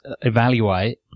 evaluate